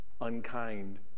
unkind